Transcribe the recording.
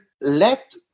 let